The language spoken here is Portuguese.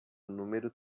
número